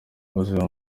ubuzima